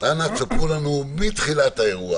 שלא ישתמע לשתי פנים: